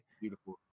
beautiful